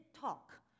talk